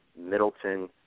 Middleton